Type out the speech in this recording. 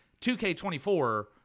2k24